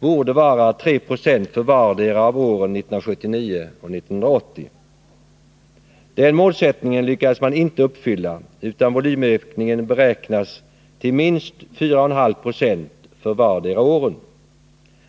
borde vara 3 6 för vartdera av åren 1979 och 1980. Det målet lyckades man inte uppnå, utan volymökningen beräknas till minst 4,5 90 för vartdera året.